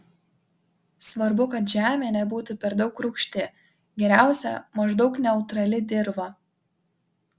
svarbu kad žemė nebūtų per daug rūgšti geriausia maždaug neutrali dirva